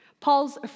Paul's